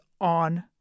on